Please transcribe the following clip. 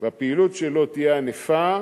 והפעילות שלו תהיה ענפה,